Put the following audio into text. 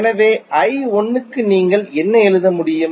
எனவே I1 க்கு நீங்கள் என்ன எழுத முடியும்